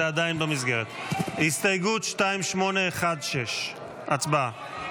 זה עדיין במסגרת, הסתייגות 2816, הצבעה.